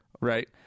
Right